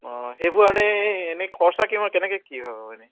অঁ সেইবোৰ এনে এনেই খৰচা কিমান কেনেকে কি হয় এনে